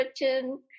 written